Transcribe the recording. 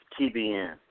TBN